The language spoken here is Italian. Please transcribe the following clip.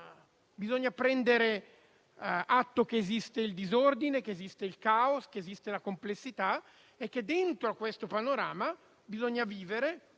bisogna prendere atto che esiste il disordine, che esiste il caos, che esiste la complessità e che dentro a questo panorama bisogna vivere